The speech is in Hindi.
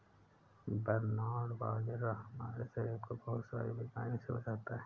बरनार्ड बाजरा हमारे शरीर को बहुत सारी बीमारियों से बचाता है